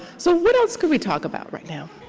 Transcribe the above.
so what else can we talk about right now?